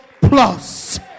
plus